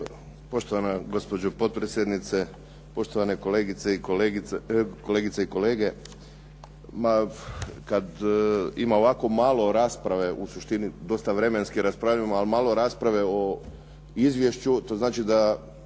Poštovana gospođo potpredsjednice, poštovane kolegice i kolege. Ma kada ima ovako malo rasprave u suštini dosta vremenski raspravljamo, ali malo rasprave o izvješću. To znači da